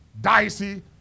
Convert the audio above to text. dicey